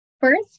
First